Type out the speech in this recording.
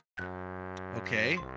Okay